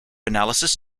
analysis